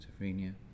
schizophrenia